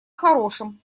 хорошем